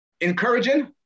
encouraging